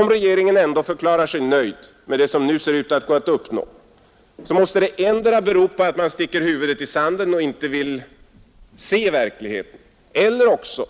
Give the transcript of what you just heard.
Om regeringen ändå förklarar sig nöjd med det som nu ser ut att kunna uppnås, måste det bero på att man sticker huvudet i sanden och inte vill se verkligheten eller också